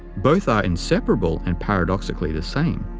both are inseparable and paradoxically the same.